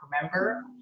remember